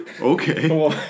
okay